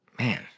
man